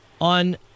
On